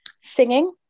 Singing